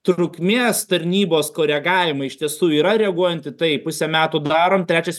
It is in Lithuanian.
trukmės tarnybos koregavimai iš tiesų yra reaguojant į tai pusę metų darom trečias